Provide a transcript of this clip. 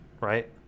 right